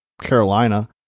Carolina